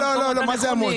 לא, לא, מה זה המון.